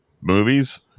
movies